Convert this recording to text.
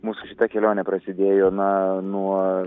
mūsų šita kelionė prasidėjo na nuo